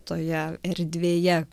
toje erdvėje